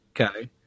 Okay